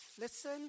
listen